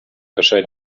erscheint